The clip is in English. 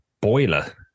boiler –